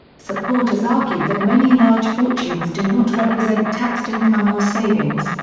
supporters argue that many large fortunes do not represent taxed income or savings,